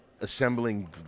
assembling